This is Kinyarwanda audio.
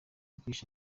guhisha